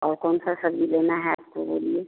और कौन सी सब्ज़ी लेनी है आपको बोलिए